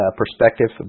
perspective